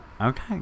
Okay